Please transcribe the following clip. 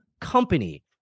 company